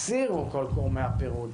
הסירו כל גורמי הפירוד,